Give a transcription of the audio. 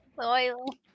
loyal